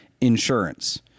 insurance